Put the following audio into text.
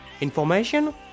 Information